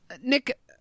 Nick